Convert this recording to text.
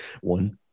One